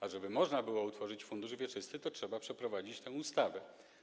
A żeby można było utworzyć fundusz wieczysty, to trzeba przeprowadzić tę ustawę.